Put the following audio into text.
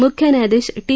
मुख्य न्यायाशीश टी